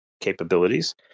capabilities